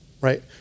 right